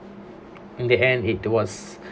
in the end it was